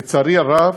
לצערי הרב,